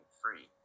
free